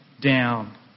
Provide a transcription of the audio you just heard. down